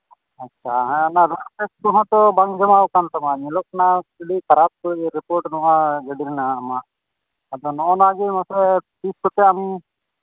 ᱟᱪᱪᱷᱟ ᱦᱮᱸ ᱞᱟᱭᱥᱮᱱᱥ ᱠᱚᱦᱚᱸ ᱛᱚ ᱵᱟᱝ ᱡᱚᱢᱟᱣ ᱠᱟᱱ ᱛᱟᱢᱟ ᱧᱮᱞᱚᱜ ᱠᱟᱱᱟ ᱟᱹᱰᱤ ᱠᱷᱟᱨᱟᱯ ᱨᱤᱯᱳᱨᱴ ᱱᱚᱣᱟ ᱜᱟᱹᱰᱤ ᱨᱮᱱᱟᱜ ᱢᱟ ᱟᱫᱚ ᱱᱚᱜᱼᱚ ᱱᱟ ᱜᱮ ᱟᱢ ᱛᱤᱥ ᱠᱚᱛᱮ ᱟᱢ